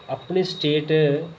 अपनी स्टेट